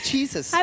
Jesus